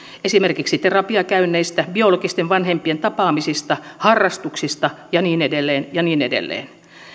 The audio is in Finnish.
terapiakäynneistä biologisten vanhempien tapaamisista harrastuksista ja niin edelleen ja niin edelleen